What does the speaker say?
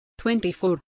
24